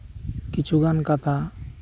ᱠᱤᱪᱷᱩ ᱜᱟᱱ ᱠᱟᱛᱷᱟ